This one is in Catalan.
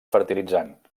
fertilitzant